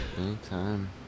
Anytime